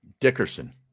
Dickerson